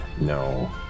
No